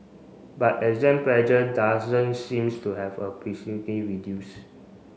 but exam pressure doesn't seems to have a reduced